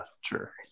sure